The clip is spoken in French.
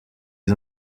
les